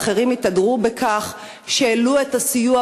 אבל אחרים יתהדרו בכך שהעלו את הסיוע